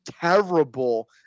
terrible